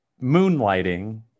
moonlighting